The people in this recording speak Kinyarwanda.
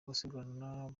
abasiganwa